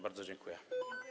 Bardzo dziękuję.